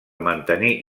mantenir